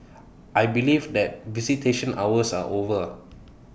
I believe that visitation hours are over